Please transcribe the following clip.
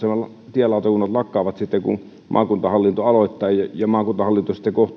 tielautakunnat lakkaavat sitten kun maakuntahallinto aloittaa ja ja maakuntahallinto sitten